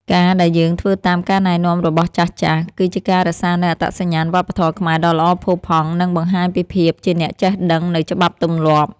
ការណ៍ដែលយើងធ្វើតាមការណែនាំរបស់ចាស់ៗ គឺ ជាការរក្សានូវអត្តសញ្ញាណវប្បធម៌ខ្មែរដ៏ល្អផូរផង់ និងបង្ហាញពីភាពជាអ្នកចេះដឹងនូវច្បាប់ទម្លាប់។